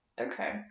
Okay